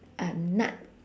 a nut